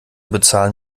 bezahlen